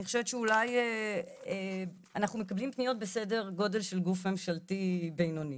אני חושבת שאולי אנחנו מקבלים פניות בסדר גודל של גוף ממשלתי בינוני.